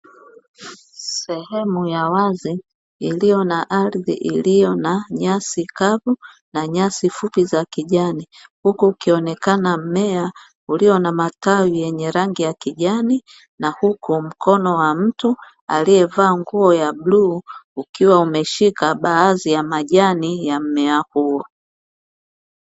Sehemu ya wazi iliyo na ardhi iliyo na nyasi kavu na nyasi fupi za kijani, huku ukionekana mmea ulio na matawi yenye rangi ya kijani na huko mkono wa mtu aliyevaa nguo ya blue ukiwa umeshika baadhi ya majani ya mmea huo.